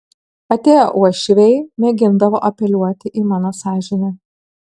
atėję uošviai mėgindavo apeliuoti į mano sąžinę